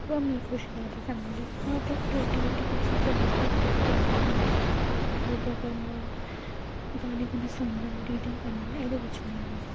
उ'यां मी खुश ज्यादा फैमली चा ते क्रीएटिबिटि कोई चीज लेई लैओ ते पेंटिंग पुंटिंग योग करना गाने गूने सुनना रीडिंग करना एह्दे बिच्च मी मजा आंदा